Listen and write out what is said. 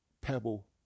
pebble